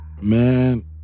man